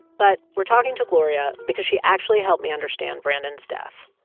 but we're talking to gloria because she actually helped me understand brandon's death.